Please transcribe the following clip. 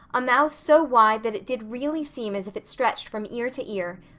a mouth so wide that it did really seem as if it stretched from ear to ear,